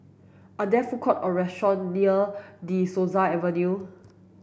are there food court or restaurant near De Souza Avenue